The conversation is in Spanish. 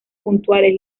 puntuales